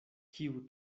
kiu